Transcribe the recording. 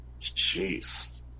Jeez